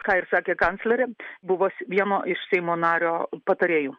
ką ir sakė kanclerė buvus vieno iš seimo nario patarėjų